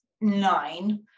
nine